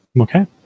Okay